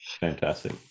Fantastic